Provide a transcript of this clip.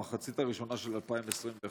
במחצית הראשונה של 2021,